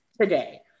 today